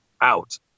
out